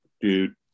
dude